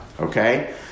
Okay